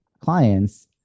clients